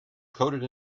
coded